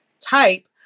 type